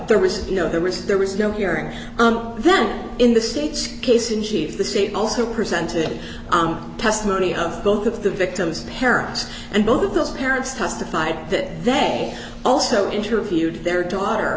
there was no there was there was no hearing and then in the state's case in chief the state also presented testimony of both of the victim's parents and both of those parents testified that they also interviewed their daughter